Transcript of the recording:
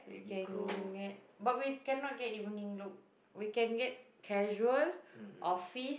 we can get but we cannot get evening look we can get casual office